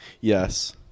Yes